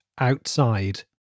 outside